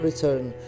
Return